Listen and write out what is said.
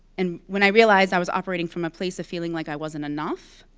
and when i realized i was operating from a place of feeling like i wasn't enough,